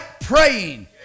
praying